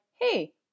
hey